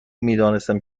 میدانستم